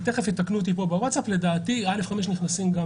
יתקנו אותי בווטסאפ אם צריך, לדעתי א5 נכנסים גם